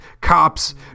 cops